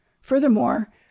Furthermore